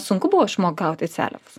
sunku buvo išmokt gaudyt selenas